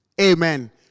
Amen